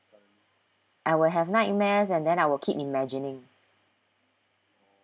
I will have nightmares and then I will keep imagining